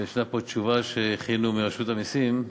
יש פה תשובה שהכינו ברשות המסים,